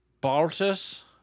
Baltus